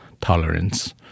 tolerance